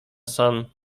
son